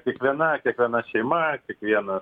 kiekviena kiekviena šeima kiekviena